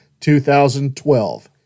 2012